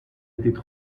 étaient